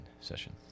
session